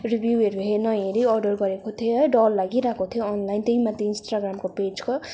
रिभिउहरू नहेरी अर्डर गरेको थिएँ है डर लागिरहेको थियो अनलाइन त्यही माथि इन्स्टाग्रामको पेजको